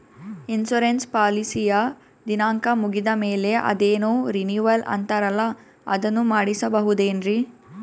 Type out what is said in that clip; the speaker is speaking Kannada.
ಇನ್ಸೂರೆನ್ಸ್ ಪಾಲಿಸಿಯ ದಿನಾಂಕ ಮುಗಿದ ಮೇಲೆ ಅದೇನೋ ರಿನೀವಲ್ ಅಂತಾರಲ್ಲ ಅದನ್ನು ಮಾಡಿಸಬಹುದೇನ್ರಿ?